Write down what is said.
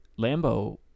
Lambo